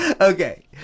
Okay